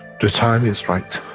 the time is right,